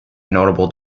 notable